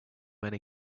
many